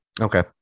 Okay